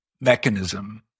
mechanism